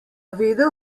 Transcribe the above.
vedel